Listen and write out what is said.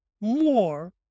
more